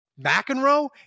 McEnroe